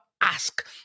ask